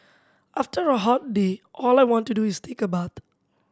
after a hot day all I want to do is take a bath